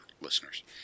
listeners